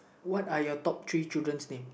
what are your top three children's name